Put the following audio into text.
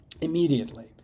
Immediately